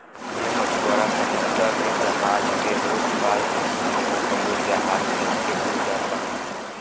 जे मछुआरा समुंदर में जहाज पे होत बा उहो कबो कबो जहाज सहिते डूब जात बाने